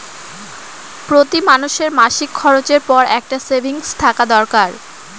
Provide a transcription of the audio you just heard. প্রতি মানুষের মাসিক খরচের পর একটা সেভিংস থাকা দরকার